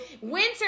winter